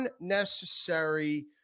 unnecessary